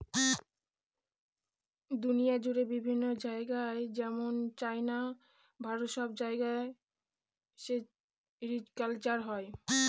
দুনিয়া জুড়ে বিভিন্ন জায়গায় যেমন চাইনা, ভারত সব জায়গায় সেরিকালচার হয়